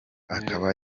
akaba